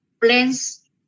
plans